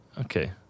Okay